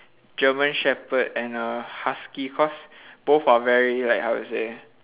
german shepherd and a husky cause both are very like how to say